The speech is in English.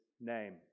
name